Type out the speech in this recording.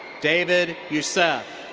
david youssef.